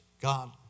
God